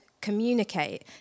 communicate